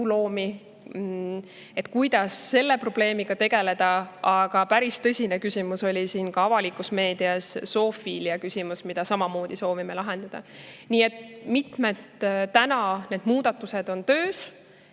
koduloomi – kuidas selle probleemiga tegeleda? Päris tõsine küsimus on ka avalikus meedias [käsitletud] zoofiilia küsimus, mida samamoodi soovime lahendada. Nii et mitmed need muudatused on töös.